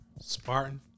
spartan